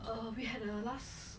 err we had a last